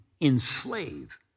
enslave